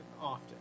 Often